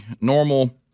normal